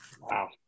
Wow